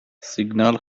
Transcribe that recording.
سیگنال